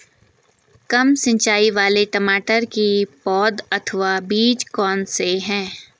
कम सिंचाई वाले टमाटर की पौध अथवा बीज कौन से हैं?